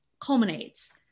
culminates